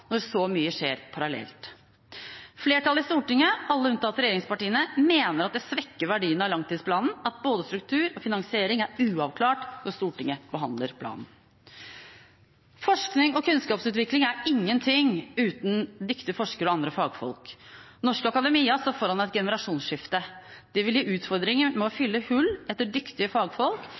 når så mye skjer parallelt. Flertallet i Stortinget – alle unntatt regjeringspartiene – mener at det svekker verdien av langtidsplanen at både struktur og finansiering er uavklart når Stortinget behandler planen. Forskning og kunnskapsutvikling er ingenting uten viktige forskere og andre fagfolk. Norsk akademia står foran et generasjonsskifte. Det vil gi utfordringer med å fylle hull etter dyktige fagfolk,